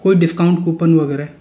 कोई discount coupon वगैरह